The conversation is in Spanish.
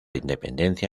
independencia